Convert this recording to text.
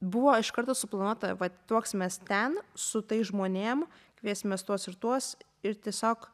buvo iš karto suplanuota va tuoksimės ten su tais žmonėm kviesimės tuos ir tuos ir tiesiog